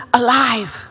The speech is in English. alive